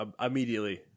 immediately